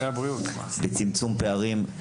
בצמצום פערים,